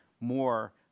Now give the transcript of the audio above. more